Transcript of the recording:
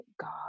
god